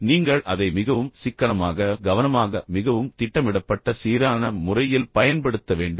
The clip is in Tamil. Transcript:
எனவே நீங்கள் அதை மிகவும் சிக்கனமாக கவனமாக மிகவும் திட்டமிடப்பட்ட சீரான முறையில் பயன்படுத்த வேண்டும்